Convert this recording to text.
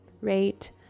rate